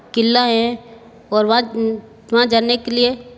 किला है और वहाँ वहाँ जाने के लिए